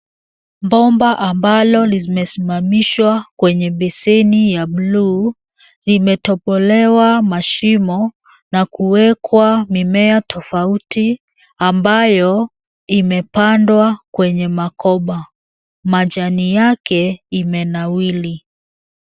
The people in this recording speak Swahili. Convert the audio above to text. Bomba ambalo limesimamishwa kwenye beseni ya bluu, limetobolewa mashimo na kuwekwa mimea tofauti ambayo imepandwa kwenye makoba. Majani yake imenawiri.